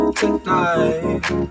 tonight